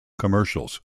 commercials